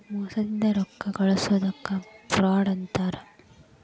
ಮೋಸದಿಂದ ರೊಕ್ಕಾ ಗಳ್ಸೊದಕ್ಕ ಫ್ರಾಡ್ ಅಂತಾರ